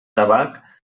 tabac